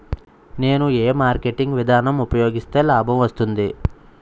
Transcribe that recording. నేను ఏ మార్కెటింగ్ విధానం ఉపయోగిస్తే లాభం వస్తుంది?